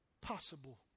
possible